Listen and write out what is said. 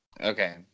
Okay